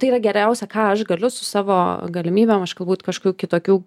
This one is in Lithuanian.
tai yra geriausia ką aš galiu su savo galimybėm aš galbūt kažkokių kitokių